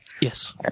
yes